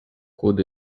could